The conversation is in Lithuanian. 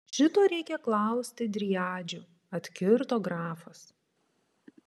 šito reikia klausti driadžių atkirto grafas